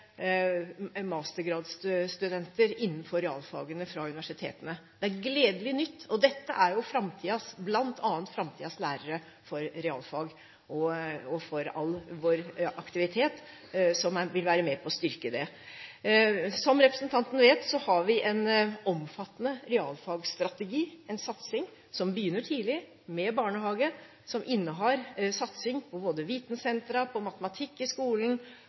innenfor realfagene på universitetene. Det er gledelig nytt. Dette er jo bl.a. framtidens lærere i realfag. All vår aktivitet vil være med på å styrke det. Som representanten vet, har vi en omfattende realfagstrategi – en satsing som begynner tidlig, med barnehage, som innebærer satsing på både vitensentre og på matematikk i skolen